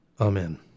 Amen